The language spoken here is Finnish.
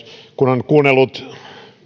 kun on kuunnellut